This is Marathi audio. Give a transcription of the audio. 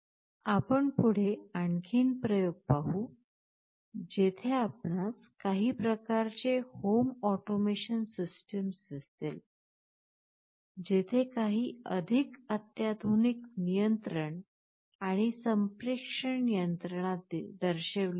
आपण पुढे आणखी प्रयोग पाहू जेथे आपणास काही प्रकारचे होम ऑटोमेशन सिस्टम दिसेल जिथे काही अधिक अत्याधुनिक नियंत्रण आणि संप्रेषण यंत्रणा दर्शवली जाईल